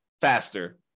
faster